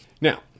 Now